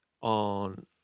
on